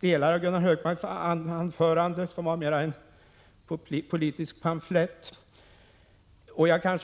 delar av Gunnar Hökmarks anförande, som mera var en politisk pamflett. Om centerpartiet kan jag säga — Prot.